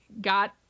got